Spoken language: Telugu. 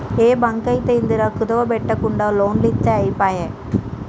ఏ బాంకైతేందిరా, కుదువ బెట్టుమనకుంట లోన్లిత్తె ఐపాయె